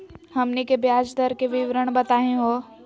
हमनी के ब्याज दर के विवरण बताही हो?